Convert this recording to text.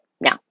Now